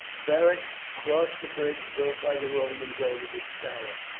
beric crossed the bridge built by the romans over the stour,